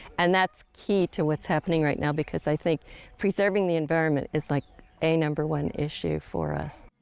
and that's key to what's happening right now because i think preserving the environment is like a number one issue for us.